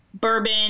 bourbon